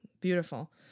Beautiful